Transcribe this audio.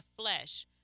flesh